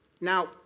Now